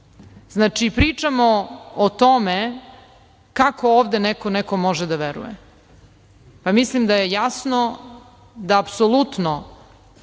pričamo o tome kako ovde neko nekome može da veruje? Pa, mislim da je jasno da apsolutno,